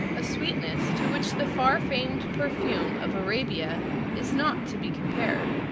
a sweetness to which the far-famed perfume of arabia is not to be compared.